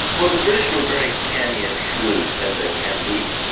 well the british were very canny and shrewd, as they can be.